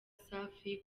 safi